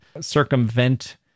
circumvent